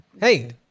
Hey